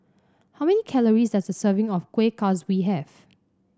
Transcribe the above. how many calories does a serving of Kueh Kaswi have